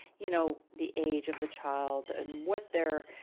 you know, the age of the child and what their,